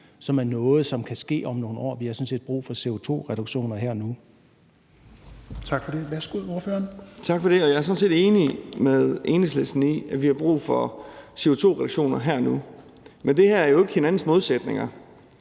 som er noget, som kan ske om nogle år. Vi har sådan set brug for CO2-reduktioner her og